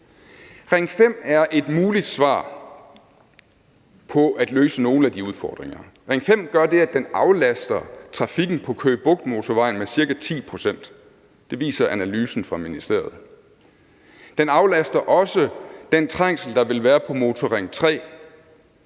Ring 5 er et muligt svar på at løse nogle af de udfordringer. Ring 5 gør det, at den aflaster trafikken på Køge Bugt Motorvejen med ca. 10 pct. – det viser analysen fra ministeriet – og den aflaster også den trængsel, der vil være på Motorring 3